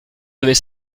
devait